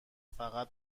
فقط